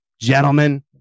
gentlemen